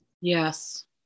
Yes